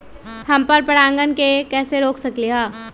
हम पर परागण के कैसे रोक सकली ह?